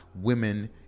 women